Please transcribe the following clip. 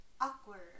Awkward